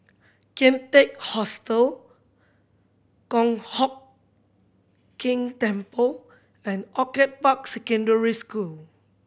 Kian Teck Hostel Kong Hock King Temple and Orchid Park Secondary School